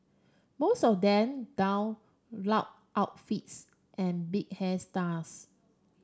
most of them don loud outfits and big hairstyles